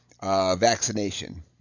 vaccination